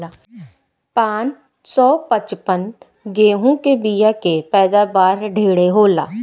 पान सौ पचपन गेंहू के बिया के पैदावार ढेरे होला